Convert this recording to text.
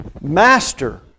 Master